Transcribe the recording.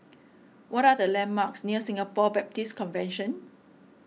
what are the landmarks near Singapore Baptist Convention